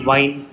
Wine